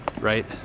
Right